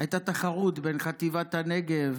הייתה תחרות בין חטיבת הנגב,